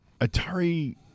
Atari